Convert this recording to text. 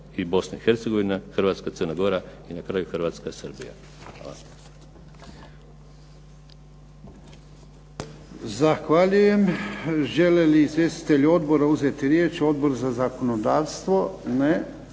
i Bosna i Hercegovina, Hrvatska-Crna Gora i na kraju Hrvatska-Srbija. Hvala.